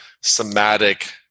somatic